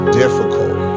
difficult